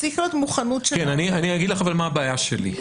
אני אגיד לך מה הבעיה שלי.